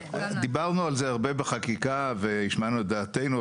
דיברנו על זה הרבה בחקיקה והשמענו את דעתנו,